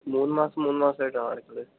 മൂന്ന് മാസം മൂന്ന് മാസമായിട്ടാണോ അടക്കേണ്ടത്